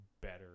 better